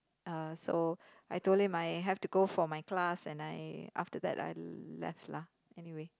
uh so I told him I have to go for my class and I after that I left lah anyway